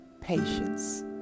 patience